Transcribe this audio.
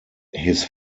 his